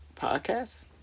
podcast